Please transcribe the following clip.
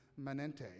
manente